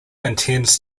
intends